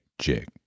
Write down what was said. check